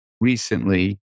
recently